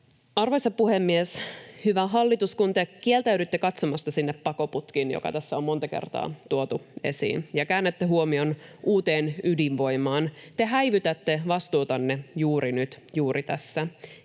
Arvoisa puhemies! Hyvä hallitus, kun te kieltäydytte katsomasta sinne pakoputkiin — mikä tässä on monta kertaa tuotu esiin — ja käännätte huomion uuteen ydinvoimaan, te häivytätte vastuutanne juuri nyt, juuri tässä.